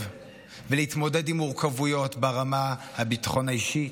ולהתמודד עם מורכבויות ברמת הביטחון האישי,